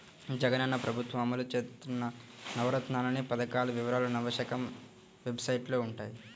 జగనన్న ప్రభుత్వం అమలు చేత్తన్న నవరత్నాలనే పథకాల వివరాలు నవశకం వెబ్సైట్లో వుంటయ్యి